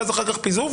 ואז אחר כך פיזור,